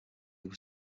were